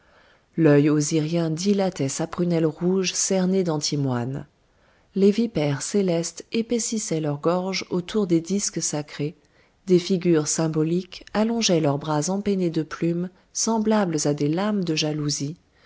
l'œil osirien dilatait sa prunelle rouge cernée d'antimoine les vipères célestes épaississaient leur gorge autour des disques sacrés des figures symboliques allongeaient leurs bras empennés de plumes semblables à des lames de jalousie